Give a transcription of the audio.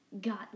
got